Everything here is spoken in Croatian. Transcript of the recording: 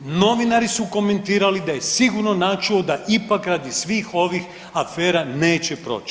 Novinari su komentirali da je sigurno načuo da ipak radi svih ovih afera neće proći.